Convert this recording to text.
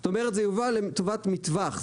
זאת אומרת זה יובא לטובת מטווח,